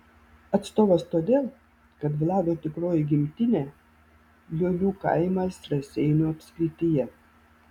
atstovas todėl kad vlado tikroji gimtinė liolių kaimas raseinių apskrityje